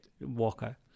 Walker